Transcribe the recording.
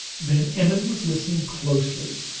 van emmon was listening closely,